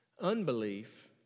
Unbelief